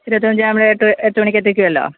ഇരുപത്തഞ്ചു ആകുമ്പോഴത്തേക്ക് എട്ട് മണിക്കെത്തിക്കു അല്ലോ